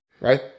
right